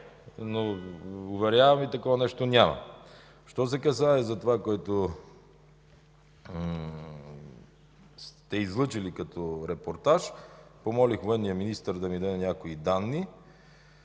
но, уверявам Ви, такова нещо няма. Що се касае за това, което сте излъчили като репортаж, помолих военния мистър да ми даде някои данни.